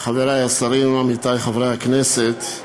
חברי השרים, עמיתי חברי הכנסת,